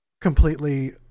completely